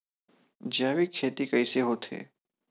जैविक खेती कइसे होथे?